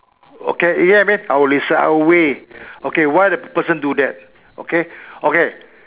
okay you get what I mean I will listen I will weigh okay why the person do that okay okay